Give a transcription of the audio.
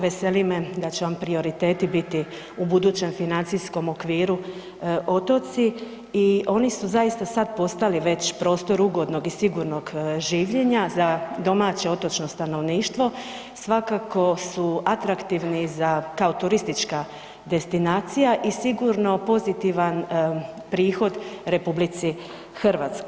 Veseli me da će vam prioriteti biti u budućem financijskom okviru otoci i oni su zaista sad postali već prostor ugodnog i sigurnog življenja za domaće otočno stanovništvo, svakako su atraktivni kao turistička destinacija i sigurno pozitivan prihod RH.